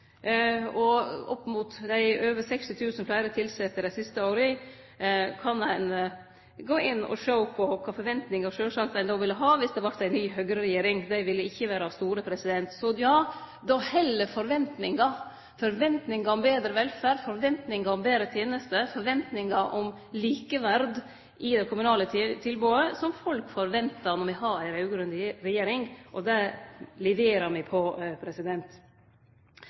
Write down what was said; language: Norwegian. opp mot dei over 60 000 fleire tilsette dei siste åra, kan ein gå inn og sjå på kva forventningar ein ville ha dersom det vart ei ny høgreregjering – dei ville ikkje vore store. Så ja, der held forventninga, forventninga om betre velferd, forventninga om betre tenester, forventninga om likeverd i det kommunale tilbodet, som folk forventar når me har ei raud-grøn regjering. Det leverer me på.